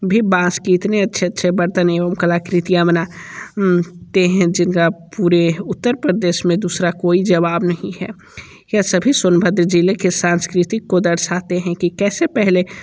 भी बाँस की इतनी अच्छे अच्छे बर्तन एवम कलाकृतियाँ बना ते हैं जिनका पूरे उत्तर प्रदेश में दूसरा कोई जवाब नहीं है यह सभी सोनभद्र ज़िले के साँस्कृतिक को दर्शातें हैं कि कैसे पहले